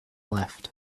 left